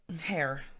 hair